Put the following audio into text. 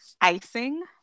icing